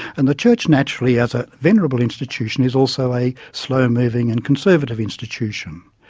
and the church naturally as a venerable institution is also a slow-moving and conservative institution.